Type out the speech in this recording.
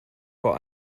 vor